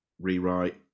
rewrite